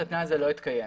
התנאי הזה לא יהיה.